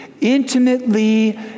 intimately